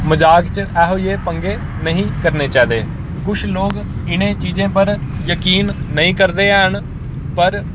मजाक च एहो जेह् पंगे नहीं करने चाहिदे कुछ लोग इनें चीजें पर जकीन नेईं करदे हैन पर